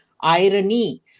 irony